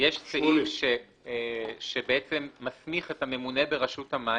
יש סעיף שבעצם מסמיך את הממונה ברשות המים